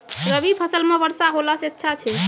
रवी फसल म वर्षा होला से अच्छा छै?